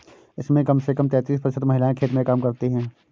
इसमें कम से कम तैंतीस प्रतिशत महिलाएं खेत में काम करती हैं